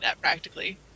practically